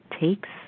takes